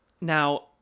Now